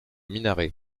minaret